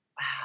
Wow